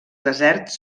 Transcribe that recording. deserts